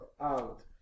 out